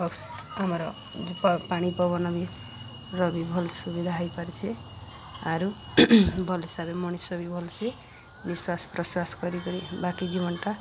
ଅକ୍ସ ଆମର ପାଣି ପବନ ବି ର ବି ଭଲ ସୁବିଧା ହେଇପାରଛେ ଆରୁ ଭଲ ହିସାବରେ ମଣିଷ ବି ଭଲ ସେ ନିଶ୍ୱାସ ପ୍ରଶ୍ୱାସ କରିକରି ବାକି ଜୀବନଟା